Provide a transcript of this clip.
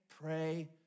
pray